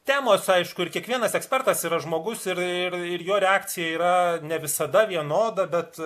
temos aišku ir kiekvienas ekspertas yra žmogus ir ir jo reakcija yra ne visada vienoda bet